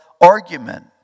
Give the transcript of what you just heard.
argument